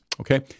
Okay